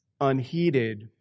unheeded